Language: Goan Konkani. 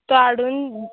तो हाडून